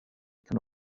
can